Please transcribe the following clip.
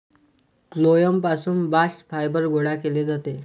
phloem पासून bast fibre गोळा केले जाते